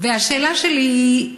השאלה שלי: